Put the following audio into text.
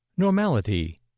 Normality